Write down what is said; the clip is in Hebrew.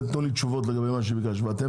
אתם תתנו לי תשובות לגבי מה שביקשתי ואתם